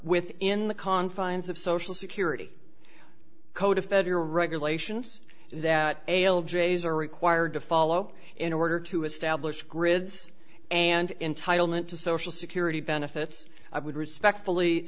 within the confines of social security code of federal regulations that ail days are required to follow in order to establish grids and entitlement to social security benefits i would respectfully